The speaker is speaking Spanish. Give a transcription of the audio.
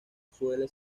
suele